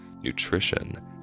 nutrition